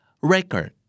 Record